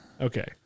Okay